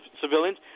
civilians